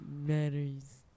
Matters